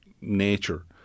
nature